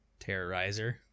Terrorizer